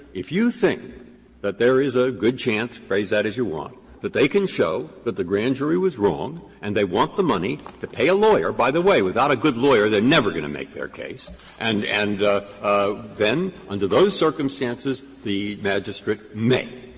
if you think that there is a good chance phrase that as you want that they can show that the grand jury was wrong and they want the money to pay a lawyer by the way, without a good lawyer, they're never going to make their case and and ah then under those circumstances, the magistrate may.